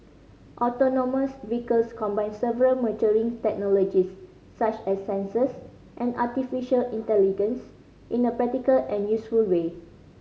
autonomous vehicles combine several maturing technologies such as sensors and artificial in a practical and useful way